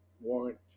warrant